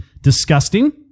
disgusting